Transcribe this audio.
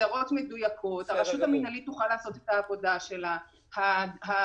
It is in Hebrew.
המנגנון שאנחנו מצאנו לבחון את השאלה האם